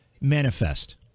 manifest